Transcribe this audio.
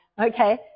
okay